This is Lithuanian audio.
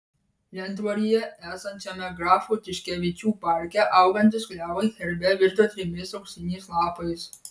lentvaryje esančiame grafų tiškevičių parke augantys klevai herbe virto trimis auksiniais lapais